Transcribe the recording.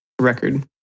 record